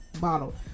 bottle